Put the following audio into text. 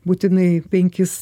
būtinai penkis